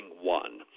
one